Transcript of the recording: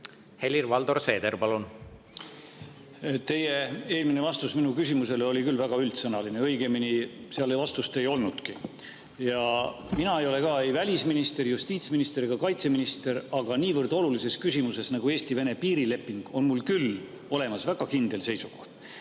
valimistel … Teie eelmine vastus minu küsimusele oli küll väga üldsõnaline, õigemini seal vastust ei olnudki. Mina ei ole ka ei välisminister, justiitsminister ega kaitseminister, aga niivõrd olulises küsimuses nagu Eesti-Vene piirileping on mul küll olemas väga kindel seisukoht.